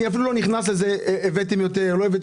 אני אפילו לא נכנס לזה אם הבאתם יותר או לא.